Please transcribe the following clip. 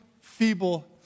feeble